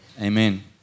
Amen